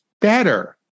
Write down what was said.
better